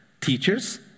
teachers